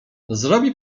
zrobi